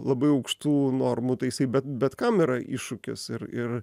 labai aukštų normų tai jisai bet bet kam yra iššūkis ir ir